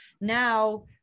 now